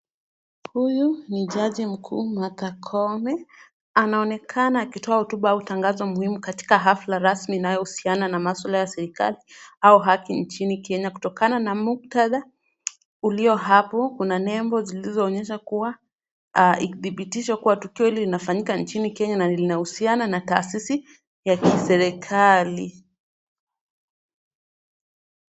Huyu ni jaji mkuu Martha Koome, anaonekana akitoa hotuba au tangazo muhimu katika hafla rasmi inayohusiana na masuala ya serikali au haki nchini Kenya kutokana na muktadha ulio hapo. Kuna nembo zilizoonyesha kuwa thibitisho kuwa tukio hili linafanyika nchini Kenya na linahusiana na taasisi ya kiserikali.